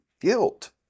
guilt